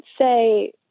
say